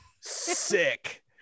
sick